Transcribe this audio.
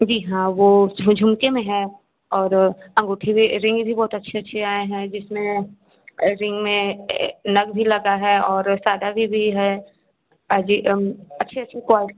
जी हाँ वह उसमें झुमके में है और अंगूठी में रिंग भी बहुत अच्छे अच्छे आए हैं जिसमें रिंग में नग भी लगा है और सादा में भी है अजी अच्छे अच्छे क्वाल